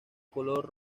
color